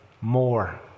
more